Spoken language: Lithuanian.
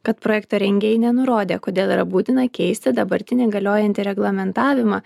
kad projekto rengėjai nenurodė kodėl yra būtina keisti dabartinį galiojantį reglamentavimą